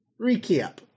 Recap